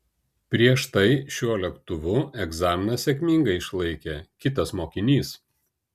prieš tai šiuo lėktuvu egzaminą sėkmingai išlaikė kitas mokinys